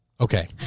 Okay